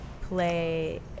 play